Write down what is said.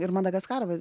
ir madagaskarą va